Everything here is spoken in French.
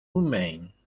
humaines